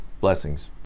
Blessings